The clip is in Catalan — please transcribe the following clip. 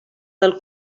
del